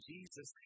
Jesus